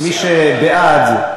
מי שבעד,